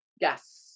Yes